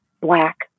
Black